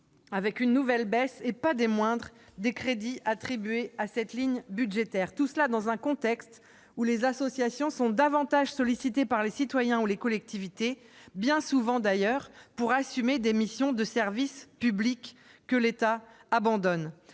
avec une nouvelle baisse, et pas des moindres, des crédits affectés à cette ligne budgétaire. Tout cela dans un contexte où les associations sont davantage sollicitées par les citoyens ou les collectivités, bien souvent d'ailleurs, pour assumer les missions de service public que l'État abandonne.